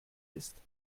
ist